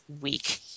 week